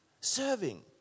Serving